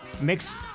mixed